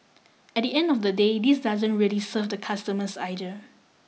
at the end of the day this doesn't really serve the customers either